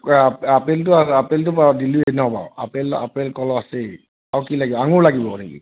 আপেলটো আপেলটো বাৰু দিলোৱে ন বাৰু আপেল আপেল কল আছেই আৰু কি লাগে আঙুৰ লাগিব নেকি